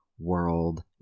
World